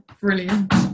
Brilliant